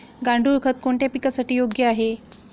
गांडूळ खत कोणत्या पिकासाठी योग्य आहे?